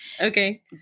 Okay